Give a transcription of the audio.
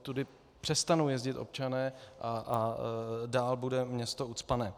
Tudy přestanou jezdit občané a dál bude město ucpané.